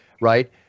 right